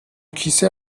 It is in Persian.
کیسه